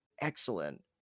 excellent